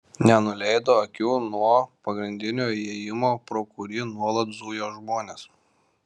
nenuleido akių nuo pagrindinio įėjimo pro kurį nuolat zujo žmonės